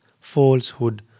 falsehood